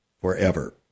forever